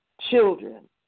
children